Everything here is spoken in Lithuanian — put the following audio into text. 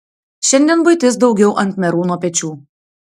šiandien buitis daugiau ant merūno pečių